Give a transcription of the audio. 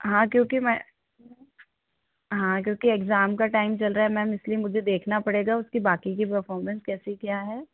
हाँ क्योंकि मैं हाँ क्योंकि एग्ज़ाम का टाइम चल रहा है मैम इसलिए मुझे देखना पड़ेगा उसकी बाकी की परफॉरमेंस कैसी क्या है